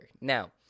Now